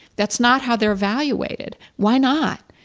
that's not how they're evaluated. why not?